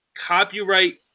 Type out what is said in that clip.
copyright